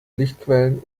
lichtquellen